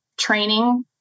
training